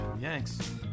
Yanks